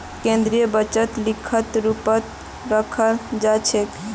केन्द्रीय बजटक लिखित रूपतत रखाल जा छेक